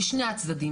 משני הצדדים,